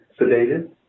sedated